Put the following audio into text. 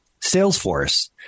Salesforce